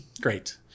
Great